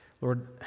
Lord